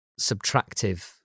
subtractive